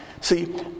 See